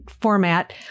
format